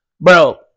Bro